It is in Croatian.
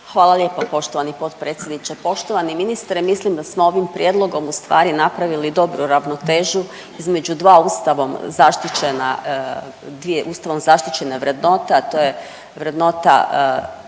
Hvala lijepo poštovani potpredsjedniče. Poštovani ministre mislim da smo ovim prijedlogom ustvari napravili dobru ravnotežu između dva Ustavom zaštićena, dvije Ustavom zaštićene vrednote,